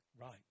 Right